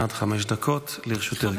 עד חמש דקות לרשותך.